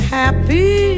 happy